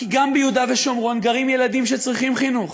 כי גם ביהודה ושומרון גרים ילדים שצריכים חינוך,